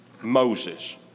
Moses